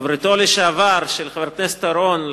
חברתו לסיעה של חבר הכנסת אורון,